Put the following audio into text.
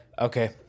Okay